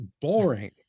boring